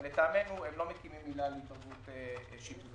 אבל לטעמנו הם לא מקימים עילה להתערבות שיפוטית.